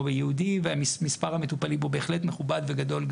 ביהודי ומספר המטופלים בו בהחלט מכובד וגדול,